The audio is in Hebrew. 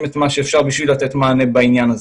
את מה שאפשר בשביל לתת מענה בעניין הזה.